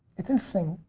it's interesting,